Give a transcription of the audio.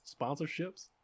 sponsorships